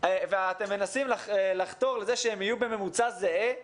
ואתם מנסים לחתור לזה שהם יהיו בממוצע זהה,